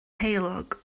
heulog